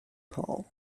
paul